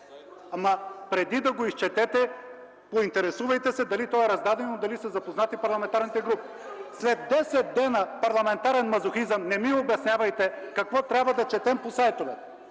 Преди да го изчетете, поинтересувайте се дали то е раздадено, дали са запознати парламентарните групи. (Реплики от ГЕРБ.) След десет дена парламентарен мазохизъм не ми обяснявайте какво трябва да четем по сайтовете.